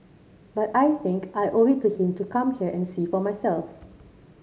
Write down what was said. but I think I owe it to him to come here and see for myself